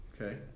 okay